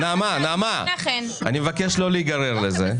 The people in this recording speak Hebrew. אני מבקש לא להיגרר לזה.